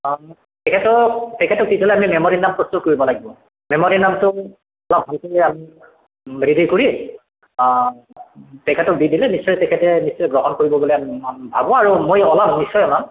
অঁ তেখেতৰ তেখেতক কি হ'লে আমি মেম'ৰেণ্ডাম প্ৰস্তুত কৰিব লাগিব মেম'ৰেণ্ডামটো অলপ ভালকৈ আমি ৰেডি কৰি তেখেতক দি দিলে নিশ্চয় তেখেতে নিশ্চয় গ্ৰহণ কৰিব বুলি আমি ভাবো আৰু মই অলপ নিশ্চয় জনাম